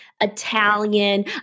italian